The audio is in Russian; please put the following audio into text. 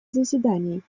заседаний